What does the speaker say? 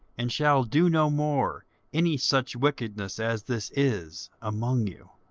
and shall do no more any such wickedness as this is among you.